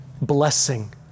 blessing